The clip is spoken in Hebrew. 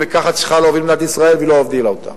וככה צריכה להוביל מדינת ישראל והיא לא הובילה אותה.